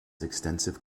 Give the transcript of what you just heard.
extensive